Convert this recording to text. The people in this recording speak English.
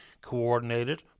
coordinated